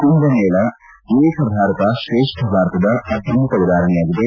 ಕುಂಭಮೇಳ ಏಕ ಭಾರತ ತ್ರೇಷ್ಠ ಭಾರತದ ಅತ್ಯುನ್ನತ ಉದಾಹರಣೆಯಾಗಿದೆ